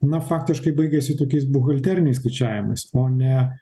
na faktiškai baigiasi tokiais buhalteriniais skaičiavimais o ne